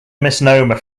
misnomer